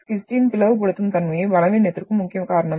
ஸ்கிஸ்டின் பிளவுபடுத்தும் தன்மையே பலவீனத்திற்கு முக்கிய காரணம்